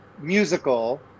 musical